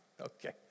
okay